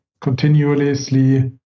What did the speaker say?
continuously